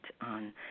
on